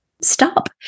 stop